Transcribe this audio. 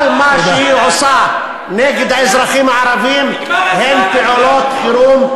כל מה שהיא עושה נגד האזרחים הערבים הם פעולות חירום.